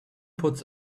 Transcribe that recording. puts